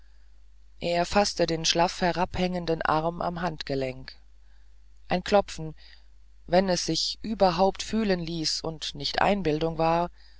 er faßte den schlaff herabhängenden arm am handgelenk ein klopfen wenn es sich überhaupt fühlen ließ und nicht einbildung war